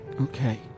Okay